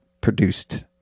produced